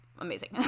amazing